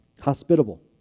Hospitable